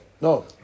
No